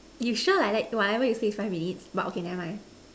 you sure like that whatever you say five minutes but okay never mind